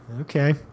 Okay